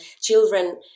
children